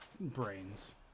brains